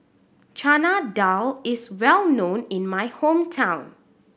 Chana Dal is well known in my hometown